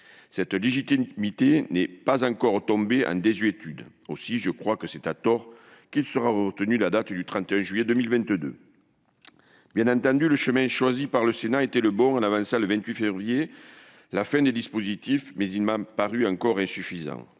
cette légitimité n'est pas encore tombée en désuétude ! Aussi, je crois que c'est à tort que sera retenue la date du 31 juillet 2022. Bien entendu, le chemin choisi par le Sénat était le bon, avec l'avancement de la date au 28 février pour la fin des dispositifs, mais il m'est apparu encore insuffisant.